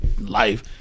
life